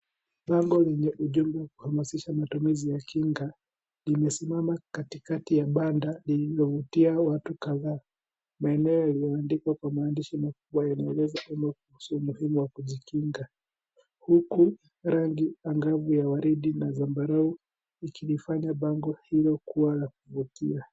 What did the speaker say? Bango lenye ujumbe wa kuhamasisha matumizi wa kinga limesimama katikati ya banda lililovutia watu kadhaa . Maeneno yaliyoandikwa kwa maandishi makubwa yanaeleza kuhusu umuhimu wa kujikinga huku rangi angavu ya waridi na zambaru ikilifanya bango hilo kuwa la kuvutia.